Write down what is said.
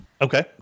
Okay